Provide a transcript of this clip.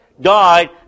died